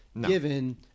given